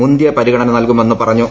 മുന്തിയ പരിഗണന നല്കുമെന്ന് പറഞ്ഞു